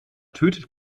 tötet